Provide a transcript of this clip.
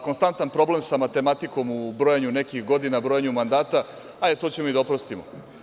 Konstantan problem sa matematikom u brojanju nekih godina, brojanju mandata, ajde to ćemo i da oprostimo.